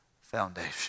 foundation